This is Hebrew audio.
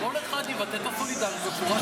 כל אחד יבטא את הסולידריות בצורה שלו.